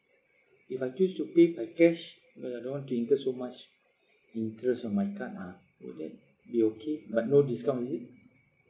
if I choose to pay by cash because I don't want to incur so much interest on my card ah would that be okay but no discount is it